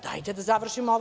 Dajte da završimo ovo.